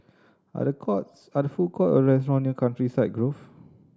are there courts are there food courts or restaurants near Countryside Grove